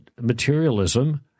materialism